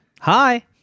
hi